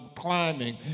climbing